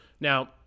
Now